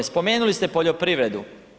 Spomenuli ste poljoprivredu.